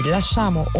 Lasciamo